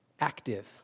Active